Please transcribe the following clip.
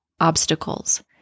obstacles